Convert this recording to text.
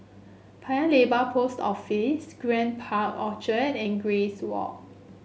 Paya Lebar Post Office Grand Park Orchard and Grace Walk